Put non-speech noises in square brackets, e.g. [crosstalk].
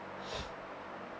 [breath]